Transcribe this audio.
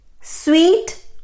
Sweet